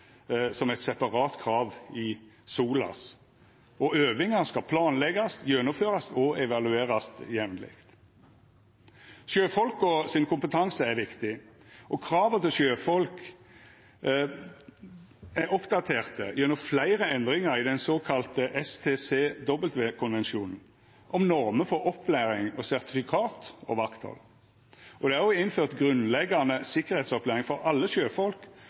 som eit separat krav i SOLAS, og øvingar skal planleggjast, gjennomførast og evaluerast jamleg. Sjøfolkas kompetanse er viktig, og krava til sjøfolk er oppdaterte gjennom fleire endringar i den såkalla STCW-konvensjonen om normer for opplæring, sertifikat og vakthald. Det er òg innført grunnleggjande sikkerheitsopplæring for alle sjøfolk